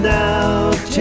now